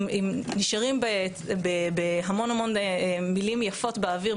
אם נשארים בהמון המון מילים יפות באוויר,